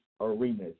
arenas